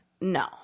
No